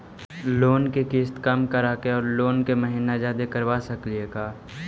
Loan के किस्त कम कराके औ लोन के महिना जादे करबा सकली हे का?